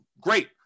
Great